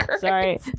sorry